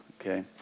Okay